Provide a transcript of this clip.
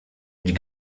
die